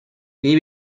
nei